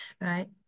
right